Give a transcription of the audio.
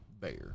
bear